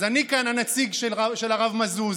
אז אני כאן הנציג של הרב מזוז,